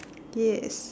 yes